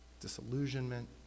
disillusionment